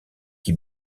qui